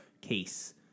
case